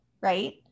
Right